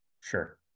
Sure